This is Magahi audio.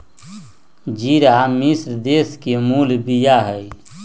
ज़िरा मिश्र देश के मूल बिया हइ